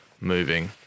moving